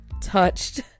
touched